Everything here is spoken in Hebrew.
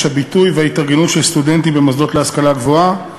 הביטוי וההתארגנות של סטודנטים במוסדות להשכלה גבוהה.